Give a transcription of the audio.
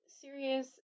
serious